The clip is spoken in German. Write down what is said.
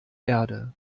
erde